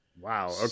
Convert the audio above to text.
Wow